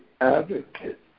Advocate